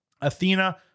Athena